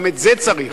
גם את זה צריך,